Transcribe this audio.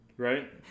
right